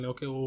Okay